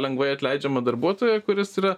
lengvai atleidžiamą darbuotoją kuris yra